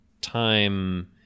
time